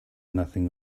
nothing